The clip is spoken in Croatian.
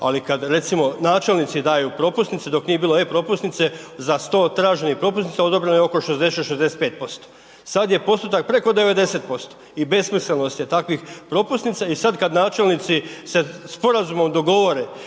Ali kad recimo načelnici daju propusnice, dok nije bilo e-propusnice za 100 traženih propusnica odobreno je oko 60-65%. Sad je postotak preko 90% i besmislenost je takvih propusnica i sad kad načelnici se sporazumom dogovore